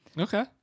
Okay